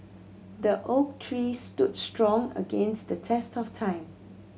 the oak tree stood strong against the test of time